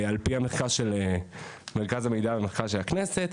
על פי המחקר של מרכז המידע והמחקר של הכנסת.